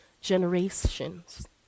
generations